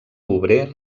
obrer